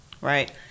right